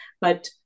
But-